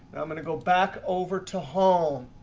i'm going to go back over to home.